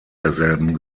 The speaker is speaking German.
derselben